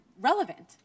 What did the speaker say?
relevant